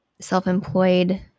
self-employed